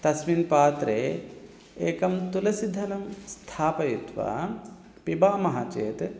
तस्मिन् पात्रे एकं तुलसीदलं स्थापयित्वा पिबामः चेत्